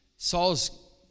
Saul's